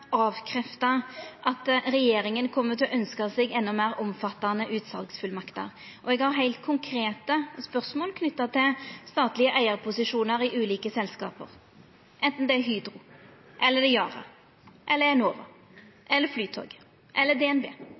avkrefta at regjeringa kjem til å ønskja seg enda meir omfattande utsalsfullmakter. Eg har heilt konkrete spørsmål knytte til statlege eigarposisjonar i ulike selskap, anten det er Hydro, Yara, Enova, Flytoget, DNB eller